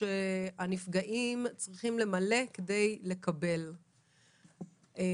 טפסים שהנפגעים צריכים למלא כדי לקבל את הזכויות.